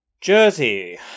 Jersey